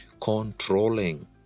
controlling